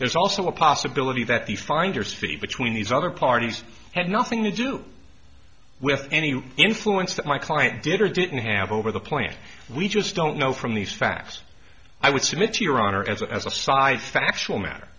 there's also a possibility that the finders fee between these other parties had nothing to do with any influence that my client did or didn't have over the plan we just don't know from these facts i would submit to your honor as a as a side factual ma